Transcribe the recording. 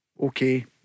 okay